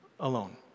alone